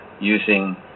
using